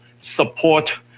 support